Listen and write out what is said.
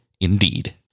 Indeed